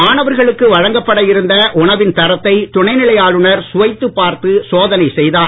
மாணவர்களுக்கு வழங்கப்பட இருத்த உணவின் தரத்தை துணை நிலை ஆளுநர் சுவைத்துப் பார்த்து சோதனை செய்தார்